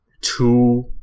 two